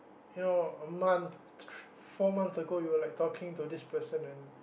you know a month four months ago you were like talking to this person and